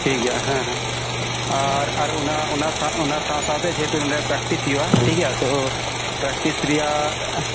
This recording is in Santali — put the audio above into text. ᱴᱷᱤᱠ ᱜᱮᱭᱟ ᱦᱮᱸ ᱦᱮᱸ ᱟᱨ ᱟᱱᱟ ᱟᱱᱟ ᱥᱟᱶ ᱥᱟᱶᱛᱮ ᱡᱮᱦᱮᱛᱩ ᱱᱚᱰᱮ ᱯᱨᱮᱠᱴᱤᱥ ᱦᱩᱭᱩᱜᱼᱟ ᱴᱷᱤᱠ ᱜᱮᱭᱟ ᱛᱳ ᱯᱨᱮᱠᱴᱤᱥ ᱨᱮᱭᱟᱜ